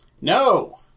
No